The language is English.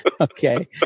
Okay